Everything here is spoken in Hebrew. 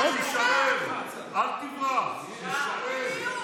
אל תברח, תישאר.